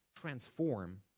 transform